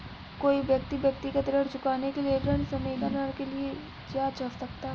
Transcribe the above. कोई व्यक्ति व्यक्तिगत ऋण चुकाने के लिए ऋण समेकन ऋण के लिए जा सकता है